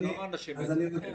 --- ראשית,